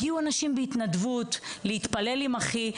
הגיעו אנשים בהתנדבות להתפלל עם אחי.